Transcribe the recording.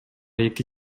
эки